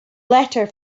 letter